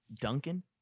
Duncan